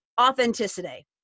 authenticity